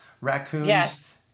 raccoons